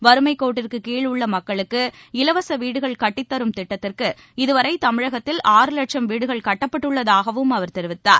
வறுமைக் கோட்டிற்குக் கீழ் உள்ள மக்களுக்கு இலவச வீடுகள் கட்டித் தரும் திட்டத்திற்கு இதுவரை தமிழகத்தில் ஆறு லட்சம் வீடுகள் கட்டப்பட்டுள்ளதாகவும் அவர் தெரிவித்தார்